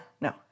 no